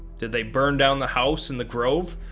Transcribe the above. did they burn down the house in the grove,